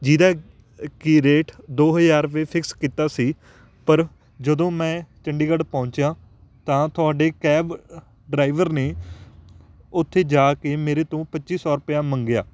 ਜਿਹਦਾ ਕਿ ਰੇਟ ਦੋ ਹਜ਼ਾਰ ਰੁਪਏ ਫਿਕਸ ਕੀਤਾ ਸੀ ਪਰ ਜਦੋਂ ਮੈਂ ਚੰਡੀਗੜ੍ਹ ਪਹੁੰਚਿਆ ਤਾਂ ਤੁਹਾਡੇ ਕੈਬ ਡਰਾਈਵਰ ਨੇ ਉੱਥੇ ਜਾ ਕੇ ਮੇਰੇ ਤੋਂ ਪੱਚੀ ਸੌ ਰੁਪਇਆ ਮੰਗਿਆ